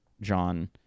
John